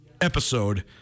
episode